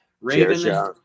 Raven